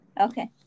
Okay